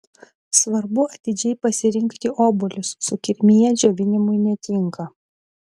svarbu atidžiai pasirinkti obuolius sukirmiję džiovinimui netinka